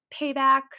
payback